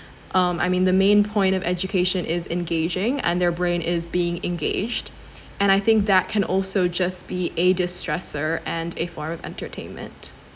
um I mean the main point of education is engaging and their brain is being engaged and I think that can also just be a distresser and a form of entertainment